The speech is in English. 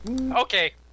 Okay